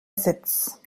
sitz